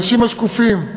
האנשים השקופים.